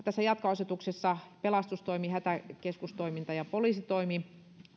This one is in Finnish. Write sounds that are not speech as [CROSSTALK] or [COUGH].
[UNINTELLIGIBLE] tässä jatkoasetuksessa myöskin pelastustoimi hätäkeskustoiminta ja poliisitoimi